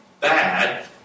bad